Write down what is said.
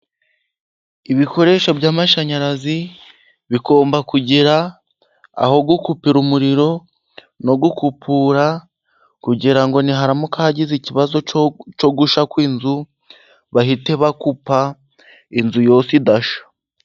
Ibikoresho by'mashanyarazi ,bigomba kugira aho gukupira umuriro no gukukura. Kugira ngo niharamuka hagize ikibazo cyo gushya kw'inzu bahite bakupa, inzu yose idashya.